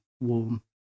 warm